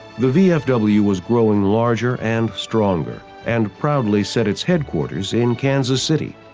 the vfw was growing larger and stronger, and proudly set its headquarters in kansas city,